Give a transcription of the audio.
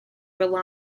rely